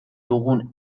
dugun